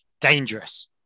dangerous